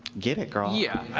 git it, girl. yeah